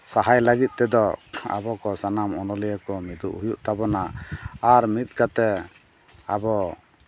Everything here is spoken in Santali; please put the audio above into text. ᱥᱟᱦᱟᱭ ᱞᱟᱹᱜᱤᱫ ᱛᱮᱫᱚ ᱟᱵᱚ ᱠᱚ ᱥᱟᱱᱟᱢ ᱚᱱᱚᱞᱤᱭᱟᱹ ᱠᱚ ᱢᱤᱫᱩᱜ ᱦᱩᱭᱩᱜ ᱛᱟᱵᱚᱱᱟ ᱟᱨ ᱢᱤᱫ ᱠᱟᱛᱮᱫ ᱟᱵᱚ